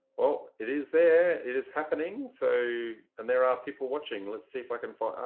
well, it is there it is happening. so and there are people watching. let's see if i can find it.